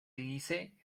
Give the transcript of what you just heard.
dice